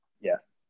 Yes